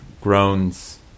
groans